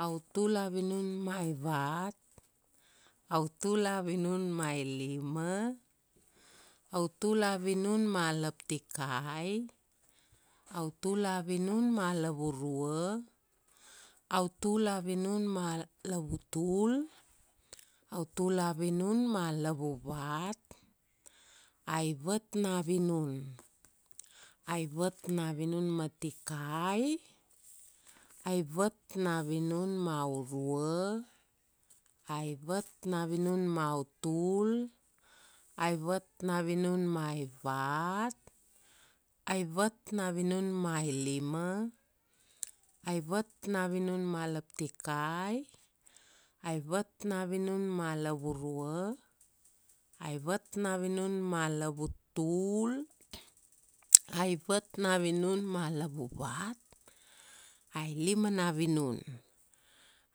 autula vinun ma ivat, autula vinunma ilima, autula vinunma laptikai, autula vinun ma lavurua, autula vinun ma lavutul, autula vinun ma lavuvat, aivat na vinun. Aivat na vinun ma tikai, aivat na vinun ma urua, aivat na vinun ma utul, aivat na vinun ma ivat, aivat na vinun ma ilima, aivat na vinun ma laptikai, aivat na vinun ma lavurua, aivat na vinun ma lavutul, aivat na vinun ma lavuvat, ailima na vinun.